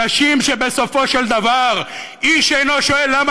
אנשים שבסופו של דבר איש אינו שואל למה